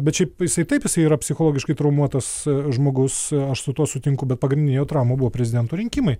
bet šiaip jisai taip jisai yra psichologiškai traumuotas žmogus aš su tuo sutinku bet pagrindinė jo trauma buvo prezidento rinkimai